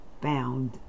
found